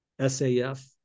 SAF